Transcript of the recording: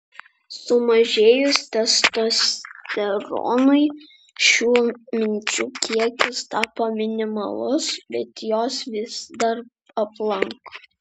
sumažėjus testosteronui šių minčių kiekis tapo minimalus bet jos vis dar aplanko